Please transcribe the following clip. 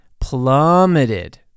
plummeted